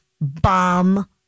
Bomb